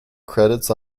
credits